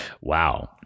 Wow